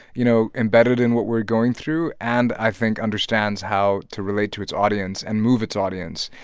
you know, embedded in what we're going through and i think understands how to relate to its audience and move its audience.